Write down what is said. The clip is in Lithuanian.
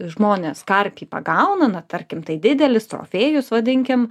žmonės karpį pagauna na tarkim tai didelis trofėjus vadinkim